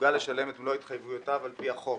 מסוגל לשלם את מלוא התחייבויותיו על פי החוק.